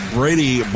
Brady